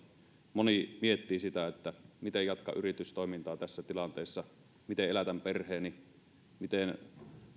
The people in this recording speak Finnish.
moni miettii sitä miten jatkan yritystoimintaa tässä tilanteessa miten elätän perheeni miten